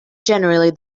generally